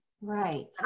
Right